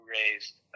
raised